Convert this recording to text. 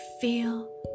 feel